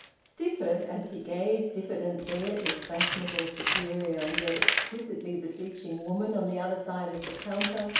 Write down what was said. stifford, as he gazed diffidently at this fashionable, superior, and yet exquisitely beseeching woman on the other side of the counter,